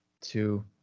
two